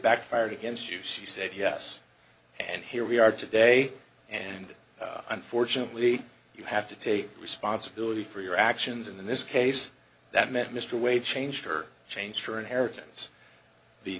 backfired against you she said yes and here we are today and unfortunately you have to take responsibility for your actions in this case that met mr wade changed her changed her inheritance the